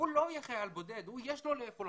הוא לא יהיה חייל בודד, יש לו לאיפה לחזור.